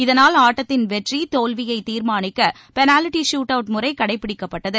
இதனால் ஆட்டத்தின் வெற்றி தோல்வியைத் தீர்மானிக்க பெனால்டி ஷூட் அவுட் முறை கடைப்பிடிக்கப்பட்டது